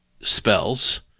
spells